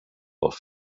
off